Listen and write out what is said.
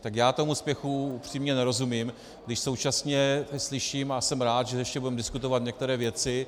Tak já tomu spěchu upřímně nerozumím, když současně slyším, a jsem rád, že ještě budeme diskutovat některé věci.